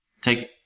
take